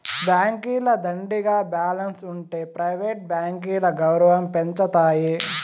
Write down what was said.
బాంకీల దండిగా బాలెన్స్ ఉంటె ప్రైవేట్ బాంకీల గౌరవం పెంచతాయి